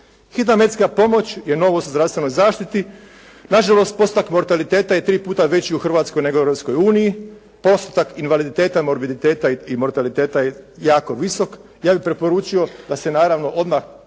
Hitna medicinska pomoć je novost u zdravstvenoj zaštiti. Nažalost postotak mortaliteta je 3 puta veći u Hrvatskoj nego u Europskoj uniji. Postotak invaliditeta i morbiditeta i mortaliteta je jako visok. Ja bih preporučio da se naravno odmah